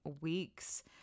weeks